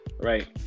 Right